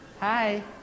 Hi